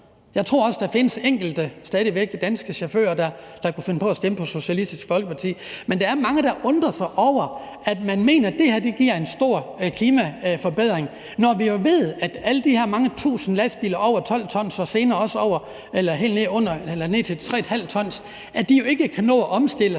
Jeg tror også, der stadig væk findes enkelte danske chauffører, der kunne finde på at stemme på Socialistisk Folkeparti. Men der er mange, der undrer sig over, at man mener, at det her giver en stor klimaforbedring, når vi jo ved, at alle de her mange tusind lastbiler over 12 t og senere også helt ned til 3½ t ikke kan nå at omstille sig